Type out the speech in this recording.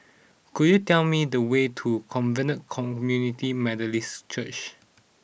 could you tell me the way to Covenant Community Methodist Church